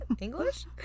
English